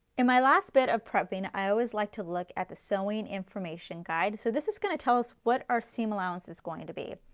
in my last bit of prepping i always like to look at the sewing information guide. so this is going to tell us what our seam allowance is going to be.